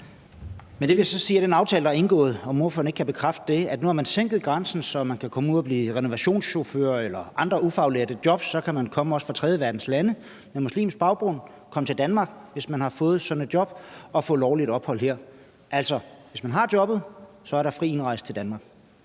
det så vil sige, at man nu med den aftale, der er indgået, har sænket grænsen, så man kan komme ud og blive renovationschauffør eller tage andre ufaglærte jobs, altså at man, også hvis man kommer fra tredjeverdenslande med muslimsk baggrund, kan komme til Danmark, hvis man har fået sådan et job, og få lovligt ophold her? Altså, hvis man har fået jobbet, er der fri indrejse til Danmark.